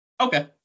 Okay